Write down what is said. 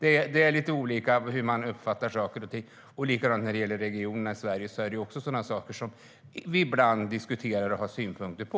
Det är lite olika hur man uppfattar saker och ting. Det är likadant när det gäller regionerna i Sverige som vi ibland diskuterar och har synpunkter på.